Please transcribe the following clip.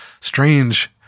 strange